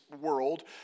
world